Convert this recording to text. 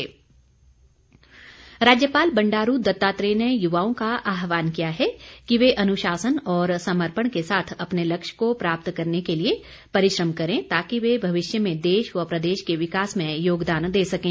राज्यपाल राज्यपाल बंडारू दत्तात्रेय ने युवाओं का आहवान किया है कि वे अनुशासन और समर्पण के साथ अपने लक्ष्य को प्राप्त करने के लिए परिश्रम करें ताकि वह भविष्य में देश व प्रदेश के विकास में योगदान दे सकें